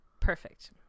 perfect